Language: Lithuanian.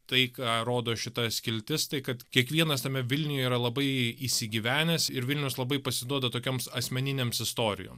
tai ką rodo šita skiltis tai kad kiekvienas tame vilniuje yra labai įsigyvenęs ir vilnius labai pasiduoda tokioms asmeninėms istorijom